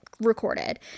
recorded